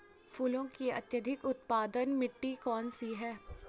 फूलों की अत्यधिक उत्पादन मिट्टी कौन सी है?